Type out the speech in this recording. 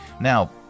Now